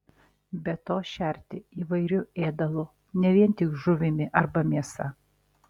be to šerti įvairiu ėdalu ne vien tik žuvimi arba mėsa